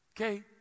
Okay